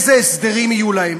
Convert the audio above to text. איזה הסדרים יהיו להם.